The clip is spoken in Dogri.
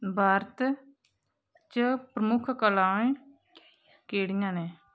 भारत च प्रमुख कलाएं केह्ड़ियां न